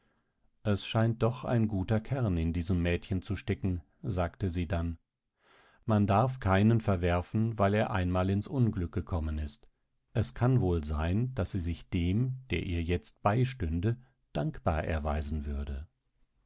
es scheint doch ein guter kern in diesem mädchen zu stecken sagte sie dann man darf keinen verwerfen weil er einmal ins unglück gekommen ist es kann wohl sein daß sie sich dem der ihr jetzt beistünde dankbar erweisen würde